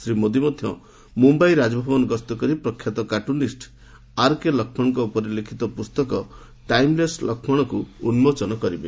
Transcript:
ଶ୍ରୀ ମୋଦି ମଧ୍ୟ ମୁମ୍ୟାଇ ରାଜଭବନ ଗସ୍ତ କରି ପ୍ରଖ୍ୟାତ କାର୍ଟୁନିଷ୍ଟ ଆର୍କେ ଲକ୍ଷ୍ମଣଙ୍କ ଉପରେ ଲିଖିତ ପୁସ୍ତକ 'ଟାଇମ୍ଲେସ୍ ଲକ୍ଷ୍ମଣ'କୁ ଉନ୍ମୋଚନ କରିବେ